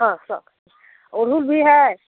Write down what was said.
हाँ सौ का अड़उल भी है